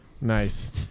Nice